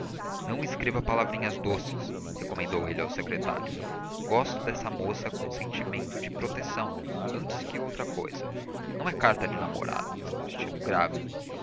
não escreva palavrinhas doces recomendou ele ao secretário gosto dessa moça com um sentimento de proteção antes que outra cousa não é carta de namorado estilo grave